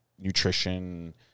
nutrition